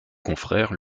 confrères